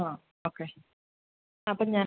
ആ ഓക്കെ അപ്പം ഞാൻ